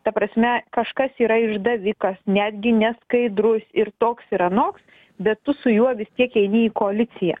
ta prasme kažkas yra išdavikas netgi neskaidrus ir toks ir anoks bet tu su juo vis tiek eini į koaliciją